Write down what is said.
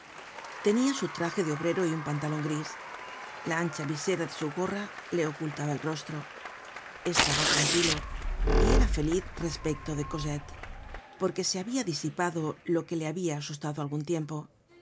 tenia su traje de obrero y un pantalon gris la ancha visera de su gorra le ocultaba el rostro estaba tranquilo y era feliz respecto de cosette porque se habia disipado lo que le habia asustado algun tiempo